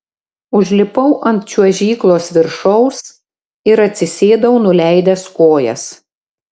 užlipau ant čiuožyklos viršaus ir atsisėdau nuleidęs kojas